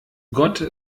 gott